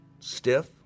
Stiff